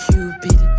Cupid